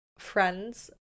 friends